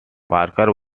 parker